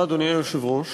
אדוני היושב-ראש,